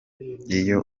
iyo